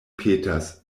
petas